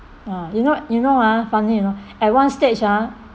ah you know you know ah funny you know at one stage ah